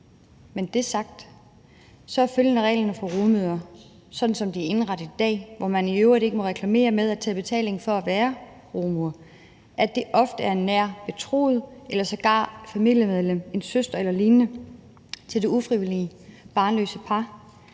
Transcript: Med det sagt, så er følgende regler for rugemødre, sådan som de er indrettet i dag, at man i øvrigt ikke må reklamere med eller at tage betaling for at være rugemor, så det er ofte en nær betroet eller sågar et familiemedlem, en søster eller lignende, til det ufrivilligt barnløse par,